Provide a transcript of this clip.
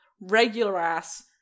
regular-ass